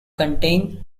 contain